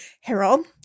Harold